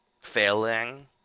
failing